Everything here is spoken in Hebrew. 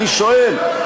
ואני שואל,